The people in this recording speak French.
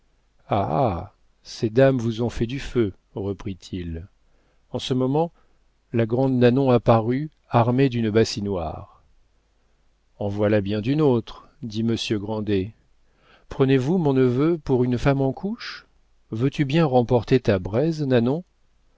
ces dames vous ont fait du feu reprit-il en ce moment la grande nanon apparut armée d'une bassinoire en voilà bien d'une autre dit monsieur grandet prenez-vous mon neveu pour une femme en couches veux-tu bien remporter ta braise